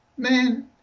Man